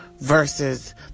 versus